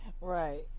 Right